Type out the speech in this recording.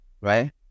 right